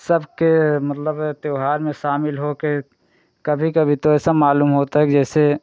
सबके मतलब त्यौहार में शामील होकर कभी कभी तो ऐसा मालूम होता है कि जैसे